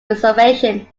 reservation